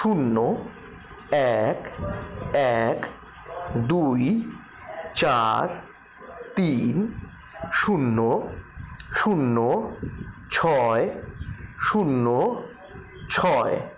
শূন্য এক এক দুই চার তিন শূন্য শূন্য ছয় শূন্য ছয়